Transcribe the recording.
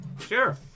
Sure